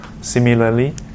similarly